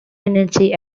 energy